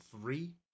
three